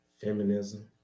feminism